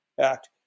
Act